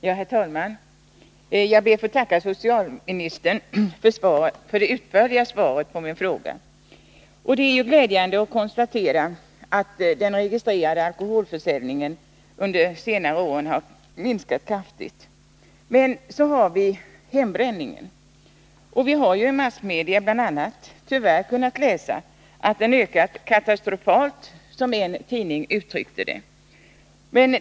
Herr talman! Jag ber att få tacka socialministern för det utförliga svaret på min fråga. Det är ju glädjande att konstatera att den registrerade alkoholförsäljning 13 en under senare år kraftigt minskat. Men så har vi hembränningen. Vi har i massmedia bl.a. tyvärr kunnat läsa att den ökat katastrofalt, som en tidning uttryckte det.